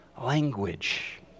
language